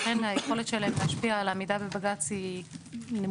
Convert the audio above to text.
לכן היכולת שלהם להשפיע על עמידה בבג"ץ נמוכה,